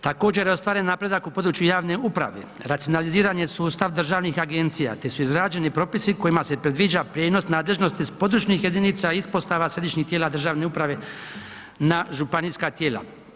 Također je ostvaren napredak u području javne uprave, racionaliziran je sustav državnih agencija te su izgrađeni propisi kojima se predviđa prijenos nadležnosti s područnih jedinica ispostava središnjih tijela državne uprave na županijska tijela.